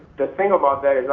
the thing about that,